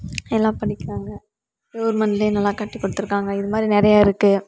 எல்லாம் படிக்கிறாங்க கவுர்மெண்ட்ல நல்லா கட்டிகொடுத்துருகாங்க இதுமாதிரி நிறையா இருக்கு